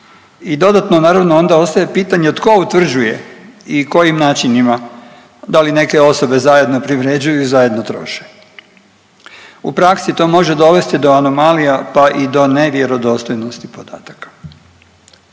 i dodatno naravno onda ostaje pitanje tko utvrđuje i kojim načinima da li neke osobe zajedno privređuju i zajedno troše. U praksi to može dovesti do anomalija pa i do nevjerodostojnosti podataka.